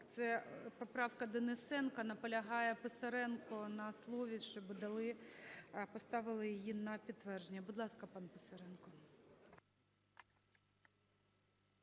Це поправка Денисенка. Наполягає Писаренко на слові, щоби дали, поставили її на підтвердження. Будь ласка, пан Писаренко.